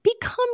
become